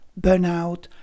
burnout